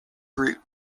route